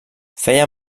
feia